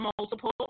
multiple